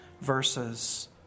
verses